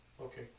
Okay